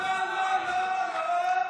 לא, לא, לא, לא.